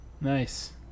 Nice